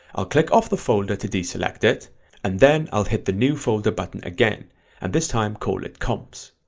i'll click off the folder to deselect it and then i'll hit the new folder button again and this time call it comps,